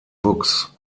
books